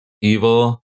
evil